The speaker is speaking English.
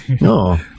no